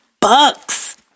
bucks